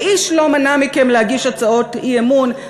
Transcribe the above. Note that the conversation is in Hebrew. איש לא מנע מכם להגיש הצעות אי-אמון,